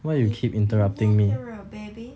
be be natural baby